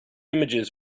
images